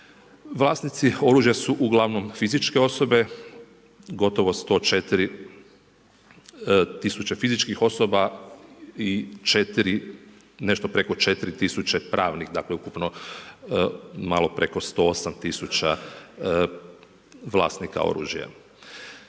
Vlasnici oružja su uglavnom fizičke osobe, gotovo 104 tisuće fizičkih osoba i nešto preko 4 tisuće pravnih, dakle ukupno malo preko 108 tisuća vlasnika oružja.